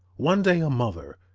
one day a mother,